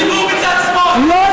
לציבור מצד שמאל.